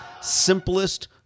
simplest